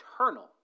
eternal